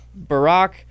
Barack